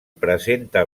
presenta